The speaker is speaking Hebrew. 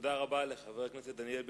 תודה רבה לחבר הכנסת דניאל בן-סימון.